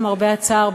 למרבה הצער,